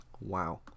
Wow